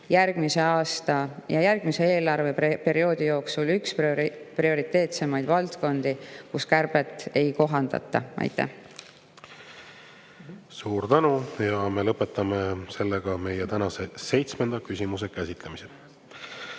järgmise aasta ja järgmise eelarveperioodi jooksul üks prioriteetsemaid valdkondi, kus kärbet ei kohaldata. Suur tänu! Ja me lõpetame meie tänase [kuuenda] küsimuse käsitlemise.